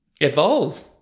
evolve